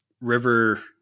river